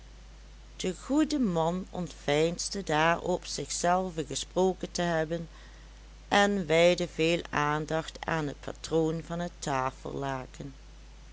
de goede man ontveinsde daarop zichzelven gesproken te hebben en wijdde veel aandacht aan het patroon van het tafellaken